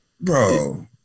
Bro